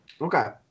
Okay